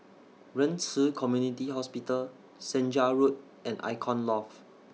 Ren Ci Community Hospital Senja Road and Icon Loft